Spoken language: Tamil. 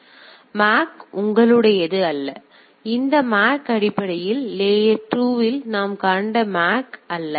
எனவே இந்த MAC உங்களுடையது அல்ல இந்த MAC அடிப்படையில் லேயர்2 இல் நாம் கண்ட MAC அல்ல